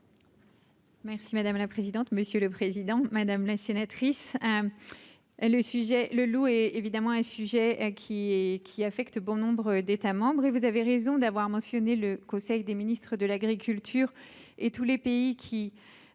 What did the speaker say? Merci madame la présidente, monsieur le président, madame la sénatrice est le sujet le loup est évidemment un sujet qui est qui a fait. Bon nombre d'États membres et vous avez raison d'avoir mentionné le conseil des ministres de l'agriculture et tous les pays qui